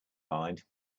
mind